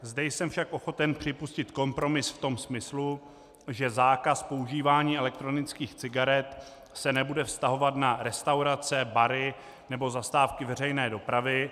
Zde jsem však ochoten připustit kompromis v tom smyslu, že zákaz používání elektronických cigaret se nebude vztahovat na restaurace, bary nebo zastávky veřejné dopravy.